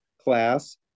class